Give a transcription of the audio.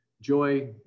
joy